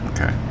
Okay